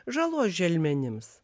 žalos želmenims